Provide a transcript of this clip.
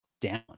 down